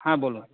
হ্যাঁ বলুন